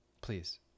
Please